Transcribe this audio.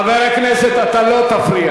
חבר הכנסת, אתה לא תפריע.